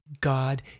God